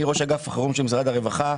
אני ראש אגף החירום של משרד הרווחה,